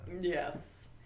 Yes